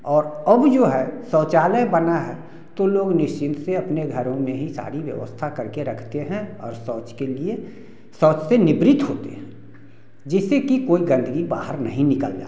और अब जो है शौचालय बना है तो लोग निश्चिंत से अपने घरों में ही सारी व्यवस्था करके रखते हैं और शौच के लिए शौच से निवृत होते हैं जिससे कि कोई गंदगी बाहर नहीं निकल जाता